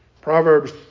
Proverbs